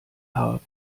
haar